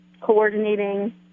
coordinating